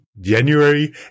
January